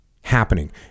happening